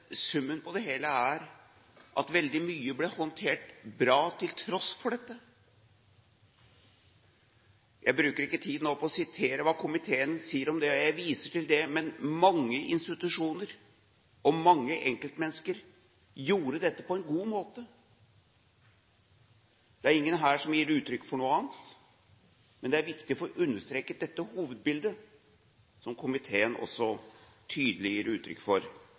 summen av det hele er at veldig mye ble håndtert bra, til tross for dette. Jeg bruker ikke tid nå på å sitere hva komiteen sier om det, jeg viser til det. Men mange institusjoner og mange enkeltmennesker gjorde dette på en god måte. Det er ingen her som gir uttrykk for noe annet, men det er viktig å få understreket dette hovedbildet, som komiteen også tydelig gir uttrykk for